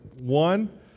One